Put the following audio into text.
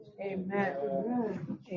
Amen